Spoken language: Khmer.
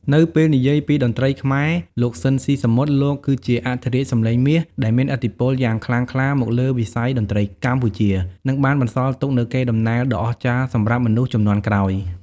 នៅពេលនិយាយពីតន្ត្រីខ្មែរ លោក ស៊ីន ស៊ីសាមុត លោកគឺជាអធិរាជសំឡេងមាសដែលមានឥទ្ធិពលយ៉ាងខ្លាំងក្លាមកលើវិស័យតន្ត្រីកម្ពុជា និងបានបន្សល់ទុកនូវកេរដំណែលដ៏អស្ចារ្យសម្រាប់មនុស្សជំនាន់ក្រោយ។